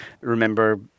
remember